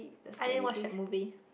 I didn't watch that movie